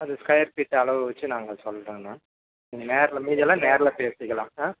அது square feet அளவு வச்சு நாங்கள் சொல்றோங்கண்ணா நீங்கள் நேரில் மீதியெல்லாம் நேரில் பேசிக்கலாம் ஆ